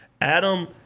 adam